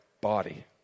body